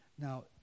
Now